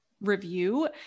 review